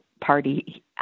party